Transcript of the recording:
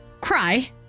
Cry